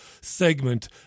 segment